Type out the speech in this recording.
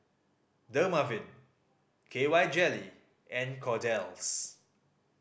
Dermaveen K Y Jelly and Kordel's